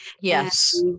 Yes